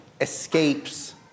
escapes